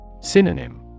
Synonym